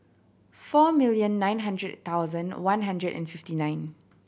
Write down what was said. four million nine hundred thousand one hundred and fifty nine